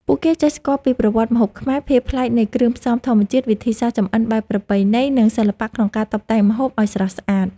ពួកគេចេះស្គាល់ពីប្រវត្តិម្ហូបខ្មែរ ភាពប្លែកនៃគ្រឿងផ្សំធម្មជាតិ វិធីសាស្រ្តចម្អិនបែបប្រពៃណី, និងសិល្បៈក្នុងការតុបតែងម្ហូបឲ្យស្រស់ស្អាត។